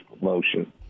motion